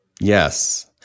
Yes